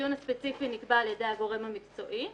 -- והציון הספציפי נקבע על ידי הגורם המקצועי.